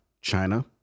China